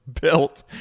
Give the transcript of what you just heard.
built